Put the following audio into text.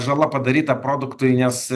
žala padaryta produktui nes